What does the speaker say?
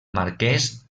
marquès